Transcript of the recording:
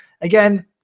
Again